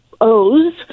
O's